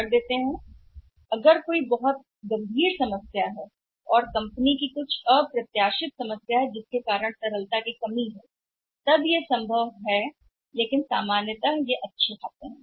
अगर कोई बहुत गंभीर समस्या है या बहुत गंभीर समस्या है और कंपनी की कुछ अप्रत्याशित समस्या है जिसकी कमी के कारण कंपनी को परेशानी का सामना करना पड़ रहा है चलनिधि तब संभव होगी लेकिन आम तौर पर वे अच्छे खाते हैं